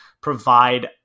provide